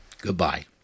Goodbye